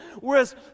Whereas